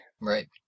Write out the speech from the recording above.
Right